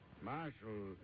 Marshal